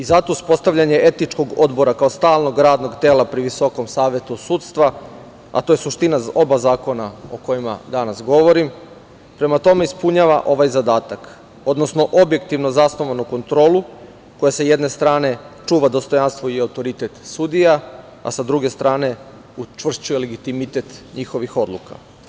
Zato uspostavljanje etičkog odbora kao stalnog radnog tela pri Visokom savetu sudstva, a to je suština oba zakona o kojima danas govorim, prema tome ispunjava ovaj zadatak, odnosno objektivno zasnovanu kontrolu, koja sa jedne strane čuva dostojanstvo i autoritet sudija, a sa druge strane učvršćuje legitimitet njihovih odluka.